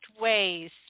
ways